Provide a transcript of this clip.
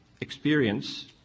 Experience